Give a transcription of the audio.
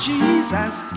Jesus